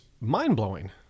mind-blowing